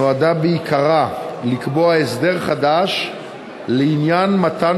נועדה בעיקרה לקבוע הסדר חדש לעניין מתן